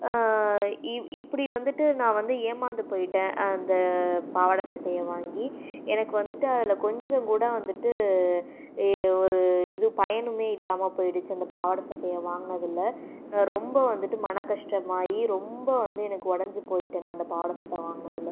இவ் இப்படி வந்துட்டு நான் வந்து ஏமாந்து போயிட்டேன் அந்த பாவாடை சட்டையை வாங்கி எனக்கு வந்துட்டு அதில் கொஞ்சங்கூட வந்துட்டு ஒரு இது பயனுமே இல்லாமல் போய்டுச்சு அந்த பாவாடை சட்டையை வாங்கினதுல நான் ரொம்ப வந்துட்டு மனக்கஷ்டமாகி ரொம்ப வந்து எனக்கு ஒடஞ்சு போயிட்டேன் நான் அந்த பாவாடை சட்டை வாங்கினதுல